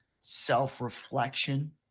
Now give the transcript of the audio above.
self-reflection